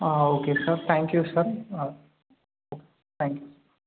okay sir thank you sir thank you